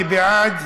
מי בעד?